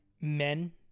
men